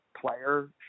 player